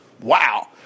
Wow